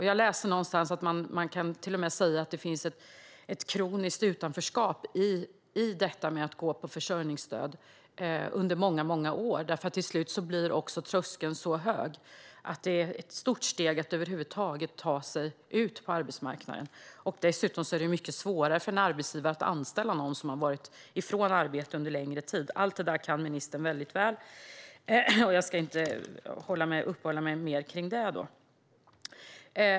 Jag läste någonstans att man till och med kan säga att det finns ett kroniskt utanförskap i att gå på försörjningsstöd under många år. Till slut blir tröskeln så hög att det är ett stort steg att över huvud taget ta sig ut på arbetsmarknaden. Dessutom är det mycket svårare för en arbetsgivare att anställa någon som har varit ifrån arbete under en längre tid. Allt detta kan ministern mycket väl, och jag ska inte uppehålla mig längre vid det.